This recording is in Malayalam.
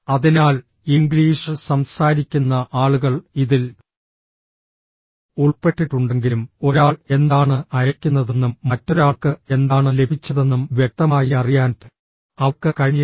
അതിനാൽ ഇംഗ്ലീഷ് സംസാരിക്കുന്ന ആളുകൾ ഇതിൽ ഉൾപ്പെട്ടിട്ടുണ്ടെങ്കിലും ഒരാൾ എന്താണ് അയയ്ക്കുന്നതെന്നും മറ്റൊരാൾക്ക് എന്താണ് ലഭിച്ചതെന്നും വ്യക്തമായി അറിയാൻ അവർക്ക് കഴിഞ്ഞില്ല